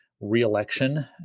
re-election